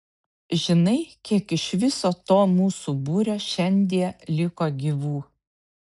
žinai kiek iš viso to mūsų būrio šiandie liko gyvų